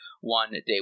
one-day